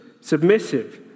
submissive